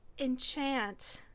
Enchant